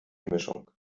mischung